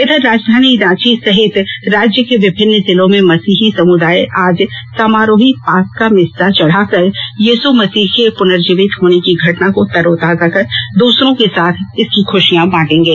इधर राजधानी रांची सहित राज्य के विभिन्न जिलों में मसीही समुदाय आज समारोही पास्का मिस्सा चढ़ाकर यश् मसीह के पुनर्जीवित होने की घटना को तरोताजा कर दूसरो के साथ इसकी खुशियां बांटेंगे